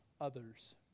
others